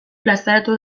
plazaratu